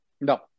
no